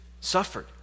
suffered